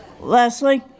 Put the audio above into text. Leslie